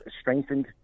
strengthened